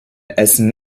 essen